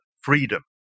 freedom